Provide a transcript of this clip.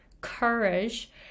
courage